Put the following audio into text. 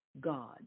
God